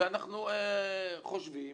אנחנו חושבים